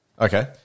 Okay